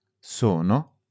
Sono